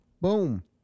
Boom